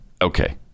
Okay